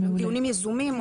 דיונים יזומים אותו דבר.